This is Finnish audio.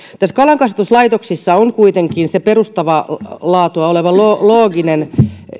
näissä kalankasvatuslaitoksissa on kuitenkin se perustavaa laatua oleva looginen